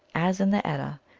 as in the edda,